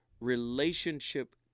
relationship